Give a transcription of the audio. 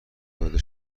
پیاده